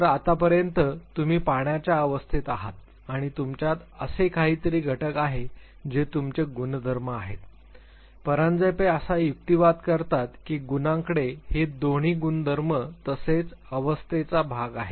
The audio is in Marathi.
तर आतापर्यंत तुम्ही पाण्याच्या अवस्थेत आहात आणि तुमच्यात असे काहीतरी घटक आहे जे तुमचे गुणधर्म आहेत परांजपे असा युक्तिवाद करतात की गुणाकडे हे दोन्ही गुणधर्म तसेच अवस्थेचा भाग आहे